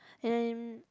and